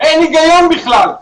אין הגיון בכלל.